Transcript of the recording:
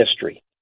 history